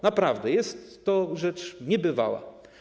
Naprawdę jest to rzecz niebywała.